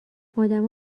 آدمها